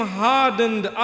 hardened